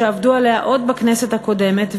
שעבדו עליה עוד בכנסת הקודמת,